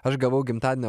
aš gavau gimtadienio